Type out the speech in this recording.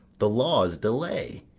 the law's delay,